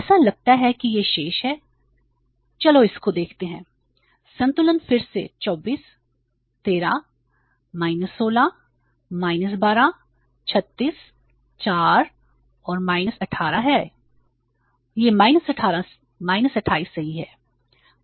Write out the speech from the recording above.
ऐसा लगता है कि ये शेष हैं चलो इसको देखते हैं संतुलन फिर से 24 13 16 12 36 4 और 28 है यह 28 सही है